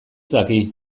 daki